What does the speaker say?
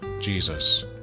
Jesus